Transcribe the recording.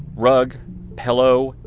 rug, pillow,